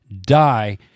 die